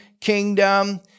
kingdom